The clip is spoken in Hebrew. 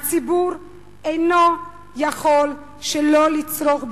הציבור אינו יכול שלא לצרוך בנזין.